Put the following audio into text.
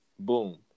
boom